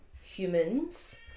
humans